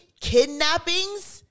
kidnappings